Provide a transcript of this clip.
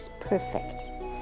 perfect